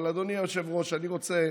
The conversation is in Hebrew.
אבל אדוני היושב-ראש, אני רוצה